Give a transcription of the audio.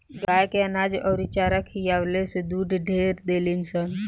गाय के अनाज अउरी चारा खियावे से दूध ढेर देलीसन